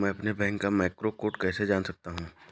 मैं अपने बैंक का मैक्रो कोड कैसे जान सकता हूँ?